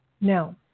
Now